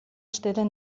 stille